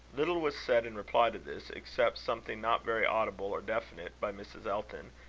little was said in reply to this, except something not very audible or definite, by mrs. elton,